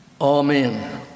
Amen